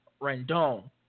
Rendon